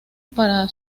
para